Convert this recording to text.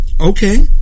Okay